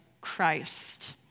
Christ